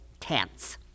tense